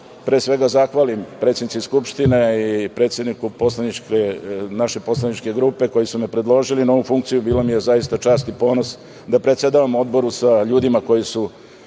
pre svega zahvalim predsednici Skupštine i predsedniku naše poslaničke grupe koji su me predložili na ovu funkciju. Bila mi je zaista čast i ponos da predsedavam Odboru sa ljudima koji su